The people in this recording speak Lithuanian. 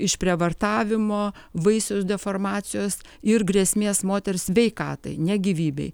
išprievartavimo vaisiaus deformacijos ir grėsmės moters sveikatai ne gyvybei